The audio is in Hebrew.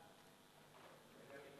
ההצעה